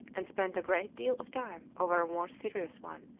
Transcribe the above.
and spent a great deal of time over a more serious one.